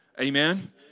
Amen